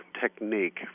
technique